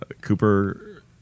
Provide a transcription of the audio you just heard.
Cooper